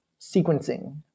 sequencing